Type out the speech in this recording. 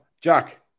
Jack